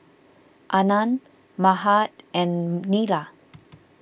Anand Mahade and Neila